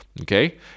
okay